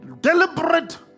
deliberate